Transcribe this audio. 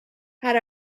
had